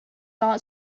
not